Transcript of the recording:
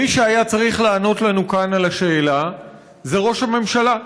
מי שהיה צריך לענות לנו כאן על השאלה זה ראש הממשלה,